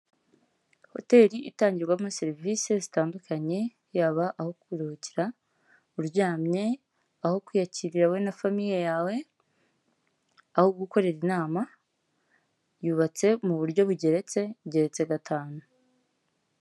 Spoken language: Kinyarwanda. Hoteli itangirwamo serivisi zitandukanye yaba aho kuruhukira uryamye, aho kwiyakirira wowe na famiye yawe, aho gukorera inama, yubatse mu buryo bugeretse igeretse gatanu.